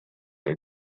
had